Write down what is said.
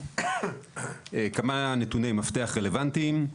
כמה נתוני מפתח רלבנטיים,